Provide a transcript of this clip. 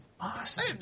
awesome